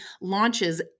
launches